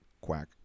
Quack